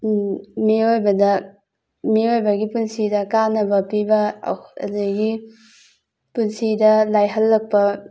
ꯃꯤꯑꯣꯏꯕꯗ ꯃꯤꯑꯣꯏꯕꯒꯤ ꯄꯨꯟꯁꯤꯗ ꯀꯥꯟꯅꯕ ꯄꯤꯕ ꯑꯗꯒꯤ ꯄꯨꯟꯁꯤꯗ ꯂꯥꯏꯍꯜꯂꯛꯄ